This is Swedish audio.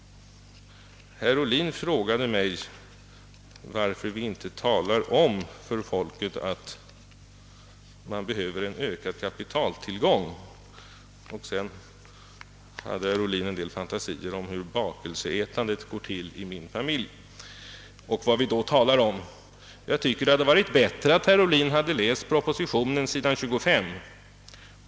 Herr Ohlin frågade mig, varför vi inte för folket talar om att det behövs en ökad kapitaltillgång. Sedan kom herr Ohlin med en del fantasier om hur bakelseätandet går till i min familj och om vad vi då talar. Jag tycker att det hade varit bättre om herr Ohlin i stället hade läst propositionen på s. 25.